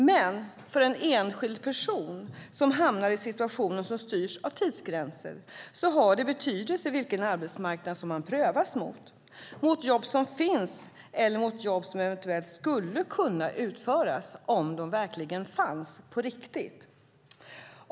Men för en enskild person som hamnar i en situation som styrs av tidsgränser har det betydelse vilken arbetsmarknad man prövas mot: mot jobb som finns eller mot jobb som eventuellt skulle kunna utföras om de verkligen fanns på riktigt.